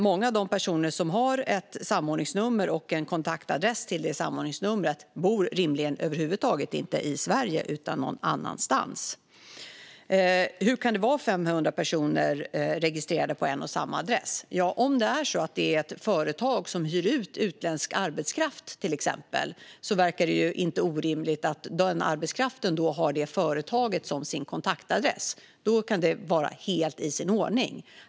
Många av de personer som har ett samordningsnummer och en kontaktadress kopplad till det samordningsnumret bor rimligen över huvud taget inte i Sverige utan någon annanstans. Hur kan 500 personer vara registrerade på en och samma adress? Ja, om det är ett företag som hyr ut utländsk arbetskraft, till exempel, verkar det inte orimligt att den arbetskraften har det företagets adress som sin kontaktadress. Då kan det vara helt i sin ordning.